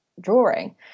drawing